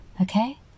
okay